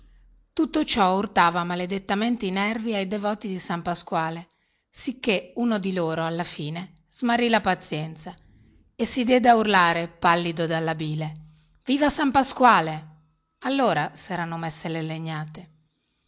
a quei di san pasquale sicchè uno di loro alla fine perse la pazienza e si diede a urlare pallido come un morto viva san pasquale allora serano messe le legnate